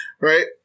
Right